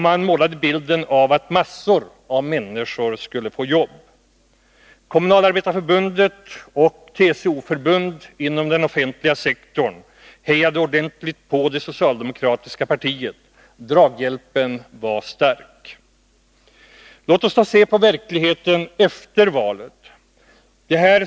Vidare skulle massor av människor få jobb. Kommunalarbetareförbundet och TCO förbund inom den offentliga sektorn hejade ordentligt på det socialdemokratiska partiet — draghjälpen var stark. Låt oss se på verkligheten efter valet. 1.